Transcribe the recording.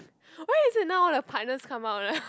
why is it now all the partners come out ah